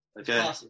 Okay